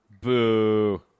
Boo